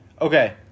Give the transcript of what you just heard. Okay